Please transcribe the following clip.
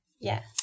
Yes